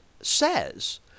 says